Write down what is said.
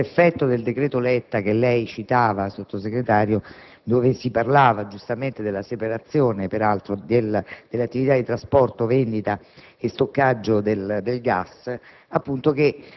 proprio per l'effetto del cosiddetto decreto Letta che lei citava, signor Sottosegretario, dove si parlava giustamente della separazione delle attività di trasporto, vendita e stoccaggio del gas,